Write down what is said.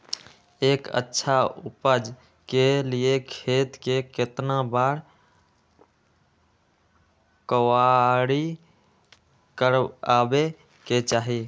एक अच्छा उपज के लिए खेत के केतना बार कओराई करबआबे के चाहि?